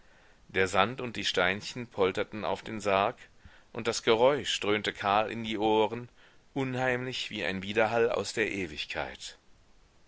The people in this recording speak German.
der sand und die steinchen polterten auf den sarg und das geräusch dröhnte karl in die ohren unheimlich wie ein widerhall aus der ewigkeit